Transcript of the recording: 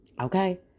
okay